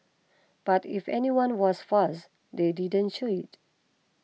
but if anyone was fazed they didn't show it